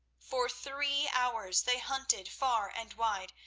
for three hours they hunted far and wide,